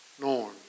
norm